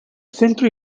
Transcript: centro